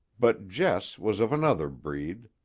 but jess was of another breed.